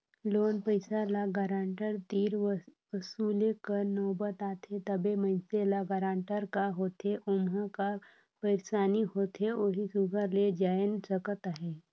loan पइसा ल guarantor तीर वसूले कर नउबत आथे तबे मइनसे ल गारंटर का होथे ओम्हां का पइरसानी होथे ओही सुग्घर ले जाएन सकत अहे